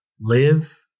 live